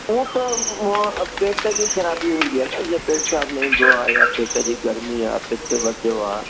उहा त उहा पेट जी ख़राबी हूंदी आहे न जीअं पेट साफ़ु न ईंदो आहे या पेट जी गर्मी आहे पित वधियो आहे